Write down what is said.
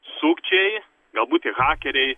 sukčiai galbūt tie hakeriai